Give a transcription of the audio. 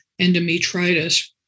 endometritis